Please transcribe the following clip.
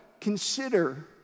consider